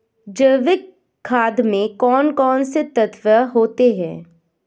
जैविक खाद में कौन कौन से तत्व होते हैं?